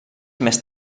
més